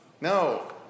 No